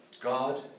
God